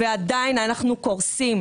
ועדיין אנחנו קורסים.